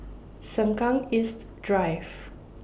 Sengkang East Drive